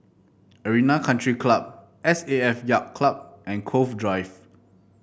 Arena Country Club S A F Yacht Club and Cove Drive